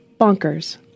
Bonkers